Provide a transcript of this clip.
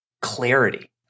clarity